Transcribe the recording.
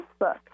Facebook